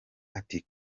ati